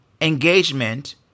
engagement